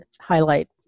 highlight